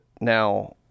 now